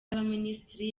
y’abaminisitiri